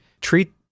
Treat